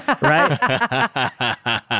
right